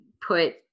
put